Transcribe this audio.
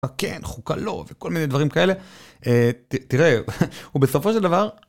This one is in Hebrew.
כן, חוקה - לא, וכל מיני דברים כאלה. -תראה, הוא בסופו של דבר.